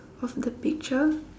of the picture